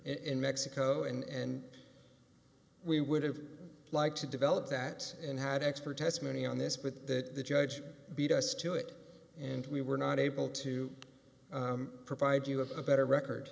in mexico and we would have liked to develop that and had expert testimony on this but the judge beat us to it and we were not able to provide you with a better record